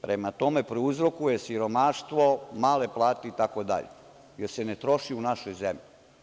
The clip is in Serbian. Prema tome, prouzrokuje siromaštvo, male plate itd, jer se ne troši u našoj zemlji.